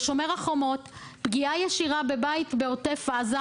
בשומר החומות, פגיעה ישירה בבית בעוטף עזה.